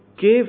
give